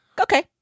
okay